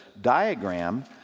diagram